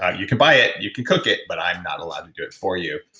ah you can buy it, you can cook it, but i'm not allowed to do it for you.